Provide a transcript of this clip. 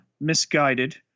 misguided